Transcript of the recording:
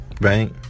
right